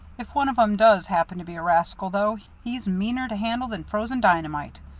if one of em does happen to be a rascal, though, he's meaner to handle than frozen dynamite.